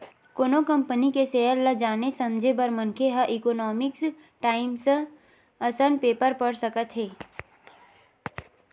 कोनो कंपनी के सेयर ल जाने समझे बर मनखे ह इकोनॉमिकस टाइमस असन पेपर पड़ सकत हे